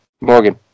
Morgan